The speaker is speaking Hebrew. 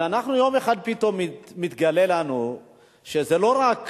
אבל יום אחד פתאומית מתגלה לנו שזה לא רק